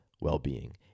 well-being